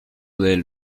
del